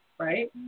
Right